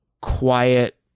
quiet